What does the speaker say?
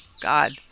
God